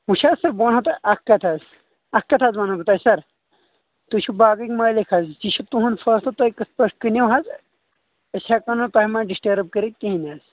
وٕچھ حظ سر بہٕ ونہو تۄہہِ اکھ کتھ حظ اکھ کتھ حظ ونہو بہٕ تۄہہِ سر تُہۍ چھُو باغٕکۍ مٲلک حظ یہِ چھُ تُہُند فٲصلہٕ تُہۍ کِتھ پٲٹھۍ کٕنو حظ أسۍ ہیٚکو نہٕ تۄہہِ منٛز ڈسٹٲرٕب کٔرِتھ کہینہ حظ